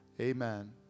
Amen